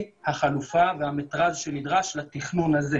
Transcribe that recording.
הבין-לאומי ולזכויות האוניברסליות הללו,